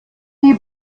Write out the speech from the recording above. sie